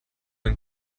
ein